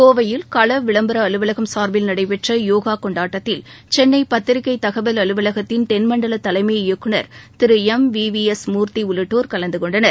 கோவையில் களவிளம்பர அலுவலகம் சார்பில் நடைபெற்ற யோகா கொண்டாட்டத்தில் சென்னை பத்திரிகை தகவல் அலுவலகத்தின் தென்மண்டல தலைமை இயக்குனர் திரு எம்விவிஎஸ் மூர்த்தி உள்ளிட்டோர் கலந்துகொண்டனர்